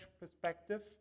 perspective